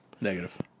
Negative